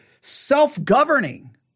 self-governing